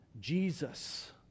Jesus